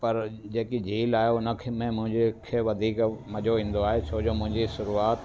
पर जेकी झील आहे उन खे में मुंहिंजे मूंखे वधीक मज़ो ईंदो आहे छो जो मुंहिंजे शुरूआति